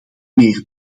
meer